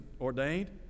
ordained